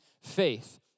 faith